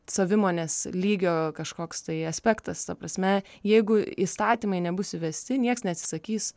savimonės lygio kažkoks tai aspektas ta prasme jeigu įstatymai nebus įvesti nieks neatsisakys